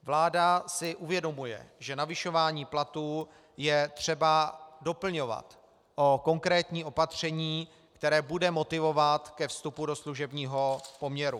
Vláda si uvědomuje, že navyšování platů je třeba doplňovat o konkrétní opaření, které bude motivovat ke vstupu do služebního poměru.